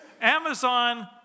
Amazon